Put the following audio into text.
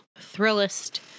Thrillist